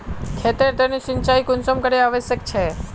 खेतेर तने सिंचाई कुंसम करे आवश्यक छै?